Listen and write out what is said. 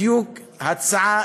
אני אומר לכם: תקראו את הצעת החוק,